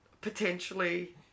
potentially